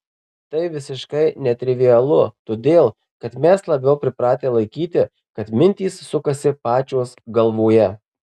tai visiškai netrivialu todėl kad mes labiau pripratę laikyti kad mintys sukasi pačios galvoje